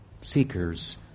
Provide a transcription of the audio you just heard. seekers